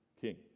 king